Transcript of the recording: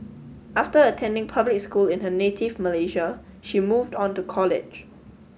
after attending public school in her native Malaysia she moved on to college